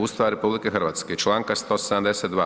Ustava RH i članka 172.